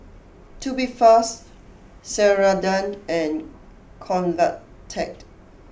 Tubifast Ceradan and Convatec